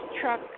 truck